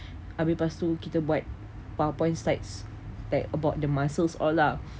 habis lepas tu kita buat powerpoint slides about the muscles all lah